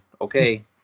okay